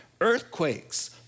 earthquakes